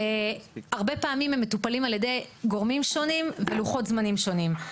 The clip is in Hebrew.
הרבה פעמים הם מטופלים על ידי גורמים שונים ולוחות זמנים שונים.